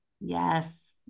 Yes